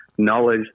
knowledge